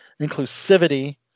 inclusivity